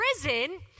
prison